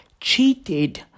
cheated